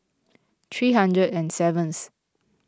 three hundred and seventh